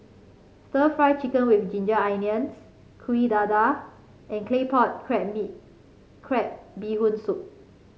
stir Fry Chicken with Ginger Onions Kuih Dadar and claypot crab bee Crab Bee Hoon Soup